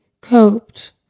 coped